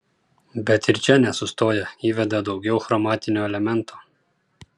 bet ir čia nesustoja įveda daugiau chromatinio elemento